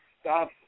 Stop